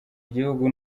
igihugu